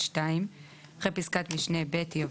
בסדר.